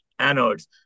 anodes